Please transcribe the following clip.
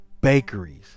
bakeries